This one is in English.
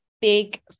Big